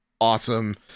awesome